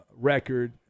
record